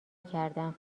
کردم